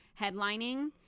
headlining